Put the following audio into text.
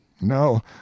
No